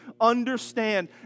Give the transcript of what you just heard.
understand